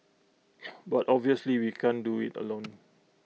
but obviously we can't do IT alone